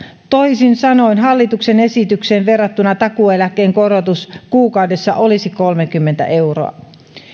toisin sanoen hallituksen esitykseen verrattuna takuueläkkeen korotus kuukaudessa olisi kolmekymmentä euroa